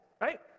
right